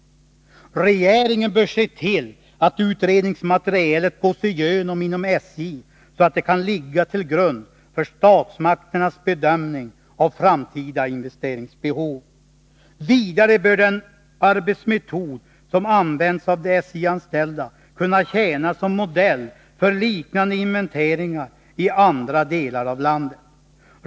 Regeringen bör se till att utredningsmaterialet gås igenom inom SJ så att det kan ligga till grund för statsmakternas bedömningar av framtida investeringsbehov. Vidare bör den arbetsmetod som använts av de SJ-anställda kunna tjäna som modell för liknande inventeringar i andra delar av landet.